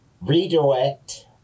redirect